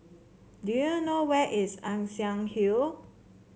do you know where is Ann Siang Hill